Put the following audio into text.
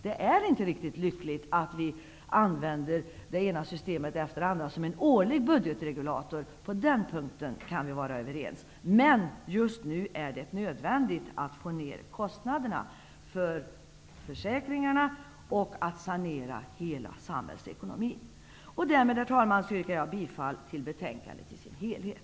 Det är inte riktigt lyckligt att vi använder det ena systemet efter det andra som en årlig budgetregulator. På den punkten kan vi vara överens. Men just nu är det nödvändigt att få ned kostnaderna för försäkringarna och att sanera hela samhällsekonomin. Därmed, herr talman, yrkar jag bifall till hemställan i betänkandet i dess helhet.